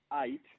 eight